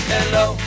Hello